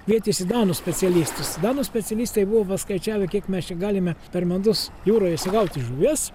kvietėsi danų specialistus danų specialistai buvo paskaičiavę kiek mes čia galime per metus jūroje sugauti žuvies